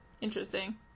Interesting